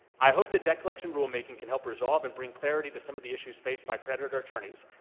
i hope that debt collection rulemaking can help resolve and bring clarity to some of the issues faced by creditor attorneys.